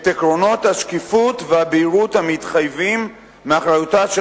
את עקרונות השקיפות והבהירות המתחייבים מאחריותה של